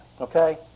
Okay